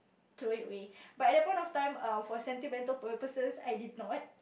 throw it away but at that point of time err for sentimental purposes I did not